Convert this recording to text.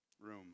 room